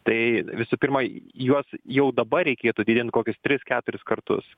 tai visų pirma juos jau dabar reikėtų didint kokius tris keturis kartus